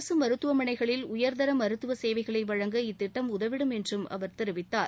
அரசு மருத்துவமனைகளில் உயர்தர மருத்துவ சேவைகளை வழங்க இத்திட்டம் உதவிடும் என்று அவர் தெரிவித்தார்